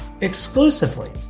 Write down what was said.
exclusively